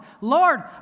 Lord